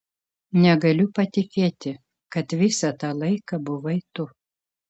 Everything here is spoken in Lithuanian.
negaliu patikėti kad visą tą laiką buvai tu